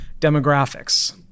demographics